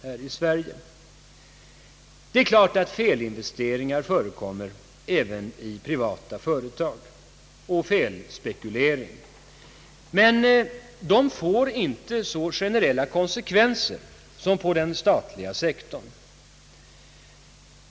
Felinvesteringar och felspekuleringar förekommer även i privata företag, men de får inte så generella konsekvenser som på den statliga sektorn.